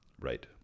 Right